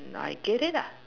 mm I get it lah